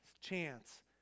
chance